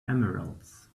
emeralds